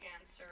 answer